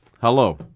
Hello